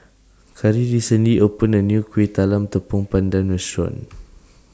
Kari recently opened A New Kuih Talam Tepong Pandan Restaurant